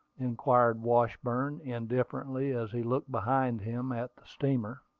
inquired washburn, indifferently, as he looked behind him at the steamer.